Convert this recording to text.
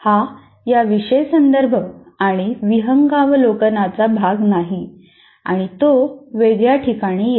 हा या विषय संदर्भ आणि विहंगावलोकनचा भाग नाही आणि तो वेगळ्या ठिकाणी येईल